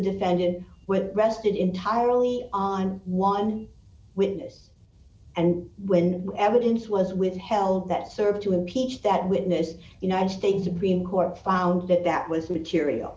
defendant well rested entirely on one witness and when the evidence was withheld that serve to impeach that witness united states supreme court found that that was material